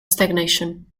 stagnation